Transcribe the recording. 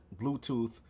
Bluetooth